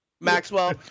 Maxwell